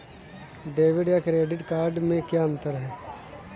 Debit या credit card में क्या अन्तर है?